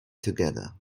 together